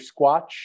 Squatch